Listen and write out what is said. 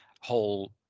whole